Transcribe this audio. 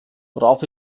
worauf